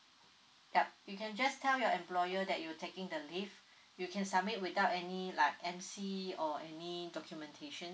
yup you can just tell your employer that you taking the leave you can submit without any like emcee or any documentation